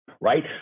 right